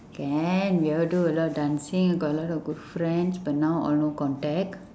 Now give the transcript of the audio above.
can we all do a lot dancing got a lot of good friends but now all no contact